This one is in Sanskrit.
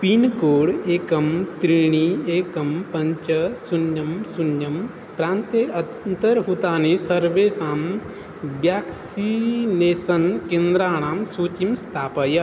पिन्कोड् एकं त्रीणि एकं पञ्च शून्यं शून्यं प्रान्ते अन्तर्भूतानि सर्वेषां ब्याक्सीनेसन् केन्द्राणां सूचिं स्थापय